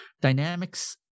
Dynamics